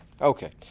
Okay